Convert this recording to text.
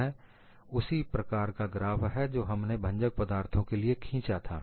पुन यह उसी प्रकार का ग्राफ है जो हमने भंजक पदार्थों के लिए खींचा था